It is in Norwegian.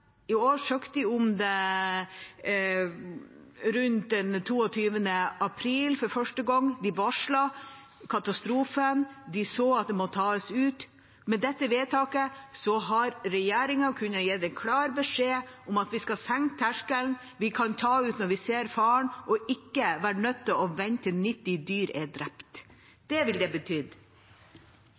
I år søkte de om det rundt 22. april for første gang. De varslet katastrofen. De så at det måtte tas ut rovdyr. Med dette vedtaket hadde regjeringa kunnet gitt en klar beskjed om at vi skal senke terskelen. Vi kan ta ut rovdyr når vi ser faren, og ikke være nødt til å vente til 90 dyr er drept. Det ville det